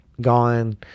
gone